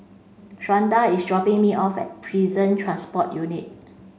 Shawnda is dropping me off at Prison Transport Unit